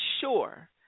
sure